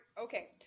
Okay